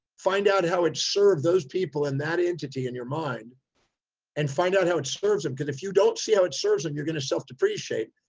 find out how it served those people in that entity in your mind and find out how it serves them. because if you don't see how it serves them, you're going to self depreciate.